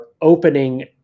opening